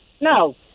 No